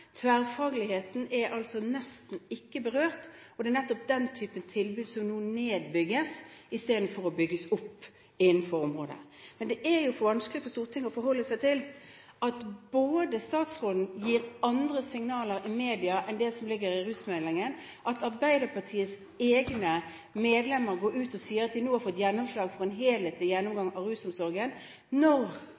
er nettopp den typen tilbud som nedbygges, istedenfor å bygges opp, innen området. Men det er vanskelig for Stortinget å forholde seg til at statsråden gir andre signaler i media enn det som ligger i rusmeldingen, og at Arbeiderpartiets egne medlemmer går ut og sier at de nå har fått gjennomslag for en helhetlig gjennomgang av rusomsorgen når